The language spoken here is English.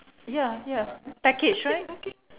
ya ya package right